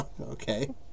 Okay